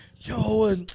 yo